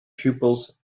pupils